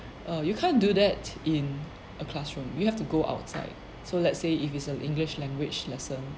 uh you can't do that in a classroom you have to go outside so let's say if it's a english language lesson